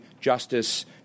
justice